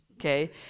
okay